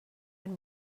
and